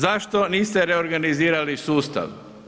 Zašto niste reorganizirali sustav?